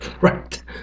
Right